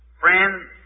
Friends